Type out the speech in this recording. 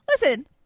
Listen